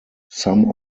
some